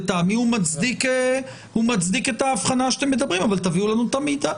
לטעמי הוא מצדיק את האבחנה שאתם מדברים עליה אבל תביאו לנו את המידע.